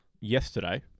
yesterday